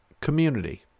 Community